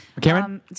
Cameron